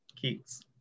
Keats